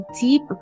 deep